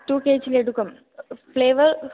two K G लड्डुकाः flavour